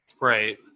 Right